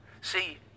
See